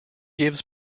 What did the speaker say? gives